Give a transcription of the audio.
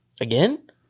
again